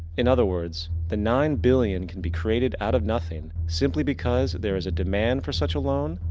in other words, the nine billion can be created out of nothing. simply because there is a demand for such a loan,